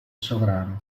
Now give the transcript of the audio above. sovrano